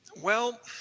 well,